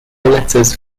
letters